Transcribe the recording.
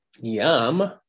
Yum